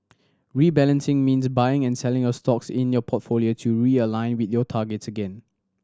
rebalancing means buying and selling a stocks in your portfolio to realign with your targets again